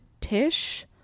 Tish